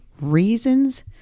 reasons